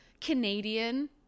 Canadian